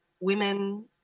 women